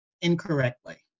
incorrectly